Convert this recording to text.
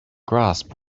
grasp